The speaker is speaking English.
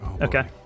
Okay